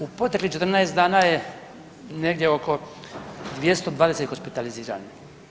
U proteklih 14 dana je negdje oko 220 hospitaliziranih.